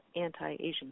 anti-Asian